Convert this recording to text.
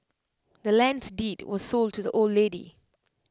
the land's deed was sold to the old lady